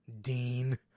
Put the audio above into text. Dean